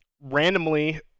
randomly